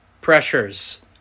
pressures